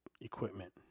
equipment